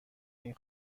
این